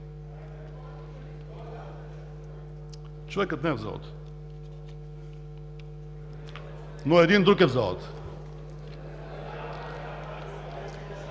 Човекът не е в залата. Но един друг е в залата.